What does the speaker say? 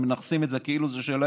הם מנכסים את זה כאילו זה שלהם,